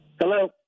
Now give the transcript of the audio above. Hello